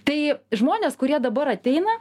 tai žmonės kurie dabar ateina